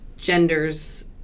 genders